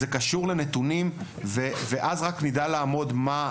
זה קשור לנתונים ואז רק נדע לעמוד מה,